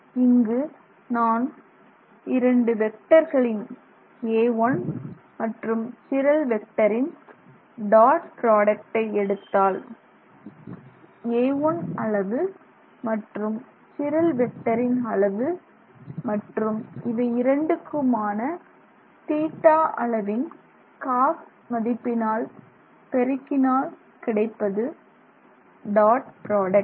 இங்கு நான் இரண்டு வெக்டர்களின் a1 மற்றும் சிரல் வெக்டரின் டாட் ப்ராடக்ட்டை எடுத்தால் a1 அளவு மற்றும் சிரல் வெக்டரின் அளவு மற்றும் இவை இரண்டுக்குமான θ அளவின் cos மதிப்பினால் பெருக்கினால் கிடைப்பது டாட் ப்ராடக்ட்